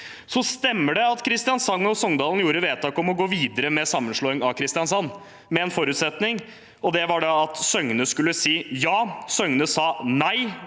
Det stemmer at Kristiansand og Songdalen gjorde vedtak om å gå videre med sammenslåing av Kristiansand med en forutsetning, og det var at Søgne skulle si ja. Søgne sa nei,